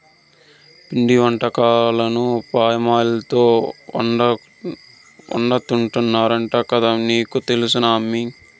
పిండి వంటకాలను పామాయిల్ తోనే వండుతున్నారంట కదా నీకు తెలుసునా అమ్మీ